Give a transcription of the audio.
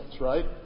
right